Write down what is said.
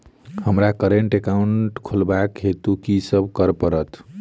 हमरा current account खोलेवाक हेतु की सब करऽ पड़त?